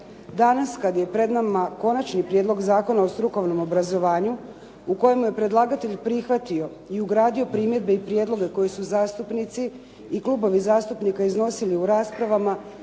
Danas kad je pred nama Konačni prijedlog zakona o strukovnom obrazovanju u kojemu je predlagatelj prihvatio i ugradio primjedbe i prijedloge koje su zastupnici i klubovi zastupnika iznosili u raspravama